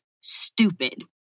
stupid